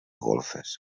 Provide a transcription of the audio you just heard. golfes